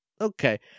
okay